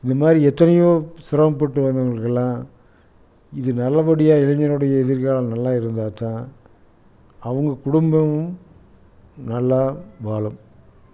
இந்த மாதிரி எத்தனையோ சிரமப்பட்டு வந்தவங்களுக்கெல்லாம் இது நல்ல படியாக இளைஞர்களோட எதிர்காலம் நல்லா இருந்தால் தான் அவங்க குடும்பமும் நல்லா வாழும்